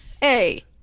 Hey